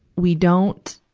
we don't,